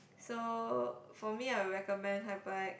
so for me I will recommend Hyperact